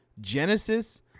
Genesis